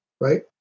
right